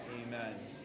Amen